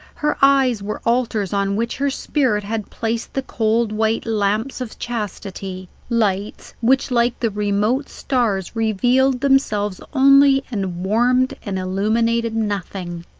her eyes were altars on which her spirit had placed the cold white lamps of chastity lights which like the remote stars revealed themselves only and warmed and illuminated nothing.